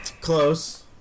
Close